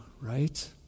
right